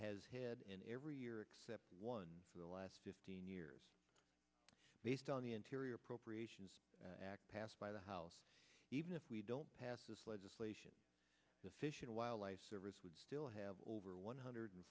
has had in every year except one for the last fifteen years based on the interior appropriations act passed by the house even if we don't pass this legislation the fish and wildlife service would still have over one hundred